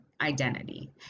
identity